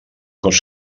cos